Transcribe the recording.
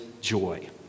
joy